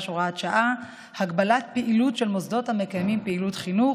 (הוראת שעה) (הגבלת פעילות של מוסדות המקיימים פעילות חינוך)